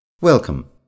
Welcome